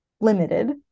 limited